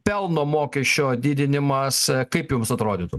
pelno mokesčio didinimas kaip jums atrodytų